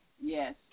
Yes